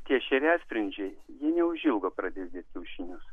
tie šeriasprindžiai jie neužilgo pradės dėt kiaušinius